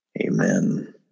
Amen